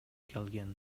келген